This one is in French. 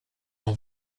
ont